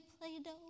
Play-Doh